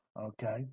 Okay